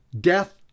death